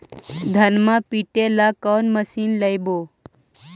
धनमा पिटेला कौन मशीन लैबै?